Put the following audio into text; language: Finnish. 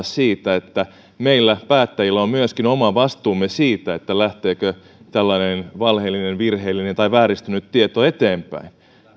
siitä että myöskin meillä päättäjillä on vastuumme siitä lähteekö tällainen valheellinen virheellinen tai vääristynyt tieto eteenpäin